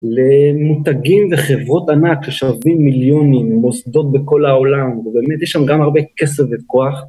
למותגים וחברות ענק ששווים מיליונים, מוסדות בכל העולם, ובאמת יש שם גם הרבה כסף וכוח.